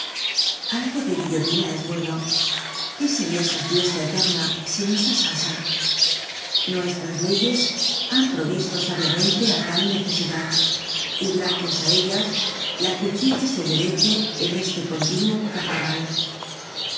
algo de guillotina es bueno qué seria esta fiesta eterna sin esta salsa nuestras leyes han provisto sabiamente á tal necesidad y gracias á ellas la cuchilla se humedece en este continuo carnaval